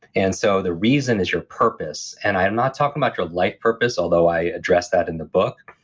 and so the reason is your purpose. and i'm not talking about your life purpose, although i addressed that in the book.